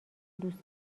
دوست